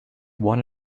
one